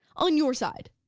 on your side.